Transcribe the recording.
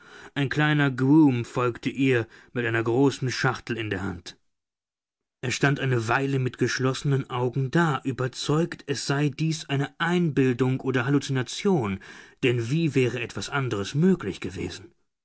ein kleiner groom folgte ihr mit einer großen schachtel in der hand er stand eine weile mit geschlossenen augen da überzeugt es sei dies eine einbildung oder halluzination denn wie wäre etwas anderes möglich gewesen